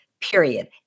period